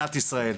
במדינת ישראל.